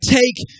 take